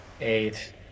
Eight